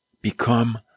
become